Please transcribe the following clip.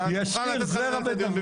חבר הכנסת פינדרוס, אתה רוצה לנהל את הדיון?